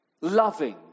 loving